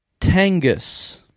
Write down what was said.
Tangus